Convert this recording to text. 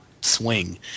swing